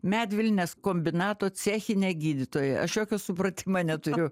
medvilnės kombinato cechinė gydytoja aš jokio supratimo neturiu